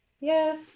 Yes